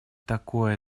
такое